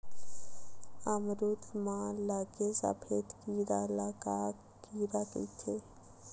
अमरूद म लगे सफेद कीरा ल का कीरा कइथे?